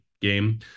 game